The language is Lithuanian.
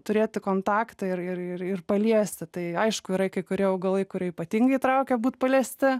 turėti kontaktą ir ir ir ir paliesti tai aišku yra kai kurie augalai kurie ypatingai traukia būt paliesti